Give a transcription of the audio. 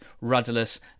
rudderless